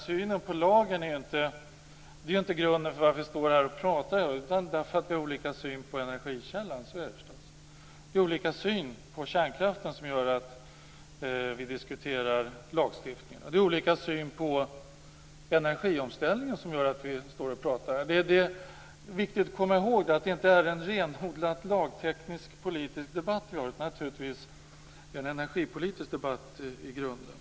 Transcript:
Synen på lagen är inte grunden till att vi står här och pratar. Det är för att vi har olika syn energikällan. Så är det förstås. Vi har olika syn på kärnkraften. Det är därför vi diskuterar lagstiftningen. Det är olika syn på energiomställningen som gör att vi står här och pratar. Det är viktigt att komma ihåg att det inte är en renodlad lagteknisk politisk debatt vi har. Det är naturligtvis en energipolitisk debatt i grunden.